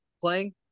playing